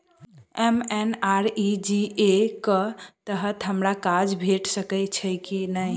MNREGA कऽ तहत हमरा काज भेट सकय छई की नहि?